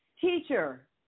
Teacher